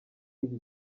iki